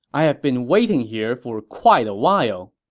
i have been waiting here for quite a while.